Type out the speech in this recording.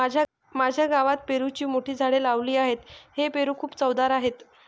माझ्या गावात पेरूची मोठी झाडे लावली आहेत, हे पेरू खूप चवदार आहेत